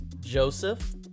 Joseph